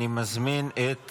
אני מזמין את